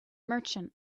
merchant